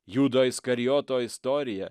judo iskarijoto istorija